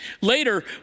Later